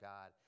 God